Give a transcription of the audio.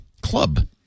club